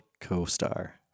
co-star